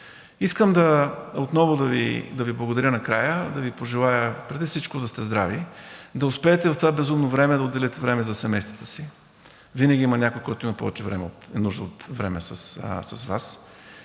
Искам отново да Ви благодаря накрая. Да Ви пожелая преди всичко да сте здрави, да успеете в това безумно време да отделите време за семействата си. Винаги има някой, който има повече нужда от време с Вас,